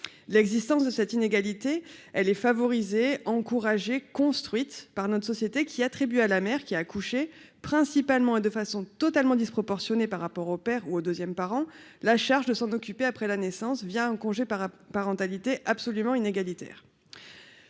l'existence de cette inégalité, elle est favorisée encouragée construite par notre société, qui attribue à la mère qui a accouché principalement et de façon totalement disproportionnée par rapport au père ou au deuxième par an, la charge de s'en occuper, après la naissance, via un congé par parentalité absolument inégalitaire,